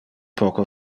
poco